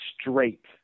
straight